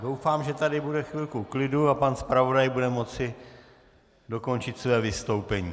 Doufám, že tady bude chvilku klidu a pan zpravodaj bude moci dokončit své vystoupení.